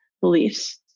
beliefs